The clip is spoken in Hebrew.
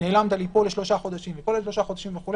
נעלמת לי פה לשלושה חודשים ופה לשלושה חודשים וכו',